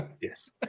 Yes